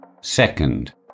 Second